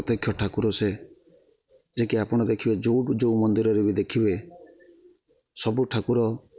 ପ୍ରତ୍ୟକ୍ଷ ଠାକୁର ସେ ଯିଏକିି ଆପଣ ଦେଖିବେ ଯେଉଁଠୁ ଯେଉଁ ମନ୍ଦିରରେ ବି ଦେଖିବେ ସବୁ ଠାକୁର